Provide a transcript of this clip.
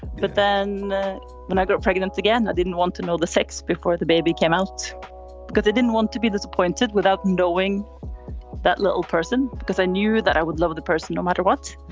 but then when i got pregnant again, i didn't want to know the sex before the baby came out because i didn't want to be disappointed without knowing that little person, because i knew that i would love the person no matter what.